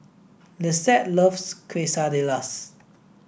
Lissette loves Quesadillas